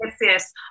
yes